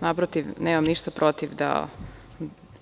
Naprotiv, nemam ništa protiv,